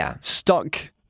stuck